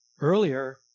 earlier